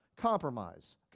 Compromise